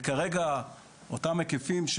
כרגע אותם היקפים,